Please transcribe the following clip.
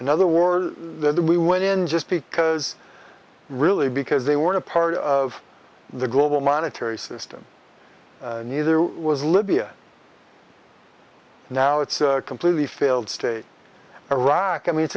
another war that we went in just because really because they weren't a part of the global monetary system neither was libya now it's completely failed state iraq i mean it's